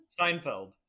Seinfeld